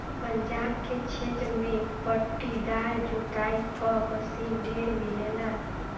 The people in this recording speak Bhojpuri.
पंजाब के क्षेत्र में पट्टीदार जोताई क मशीन ढेर मिलेला